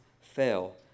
fail